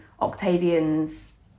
Octavian's